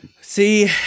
See